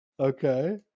Okay